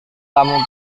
kamu